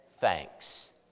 thanks